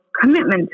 commitment